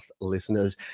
listeners